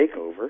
takeover